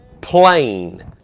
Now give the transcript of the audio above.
plain